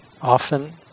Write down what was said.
Often